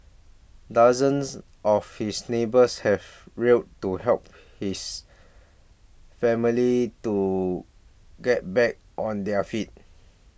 dozens of his neighbours have real to help his family to get back on their feet